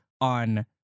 on